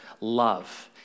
love